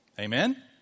Amen